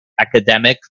academic